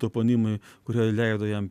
toponimai kurie leido jam